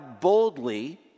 boldly